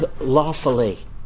lawfully